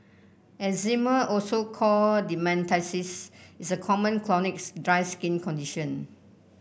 eczema also called dermatitis is a common chronic's dry skin condition